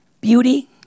Beauty